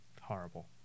horrible